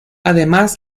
además